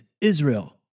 Israel